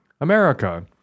America